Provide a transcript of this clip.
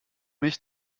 mich